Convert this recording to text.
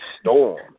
storm